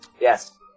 Yes